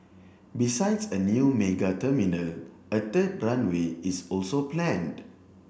besides a new mega terminal a third runway is also planned